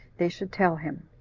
they should tell him.